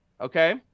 Okay